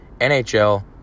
NHL